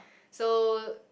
so